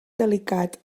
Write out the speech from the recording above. delicat